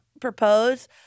propose